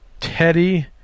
Teddy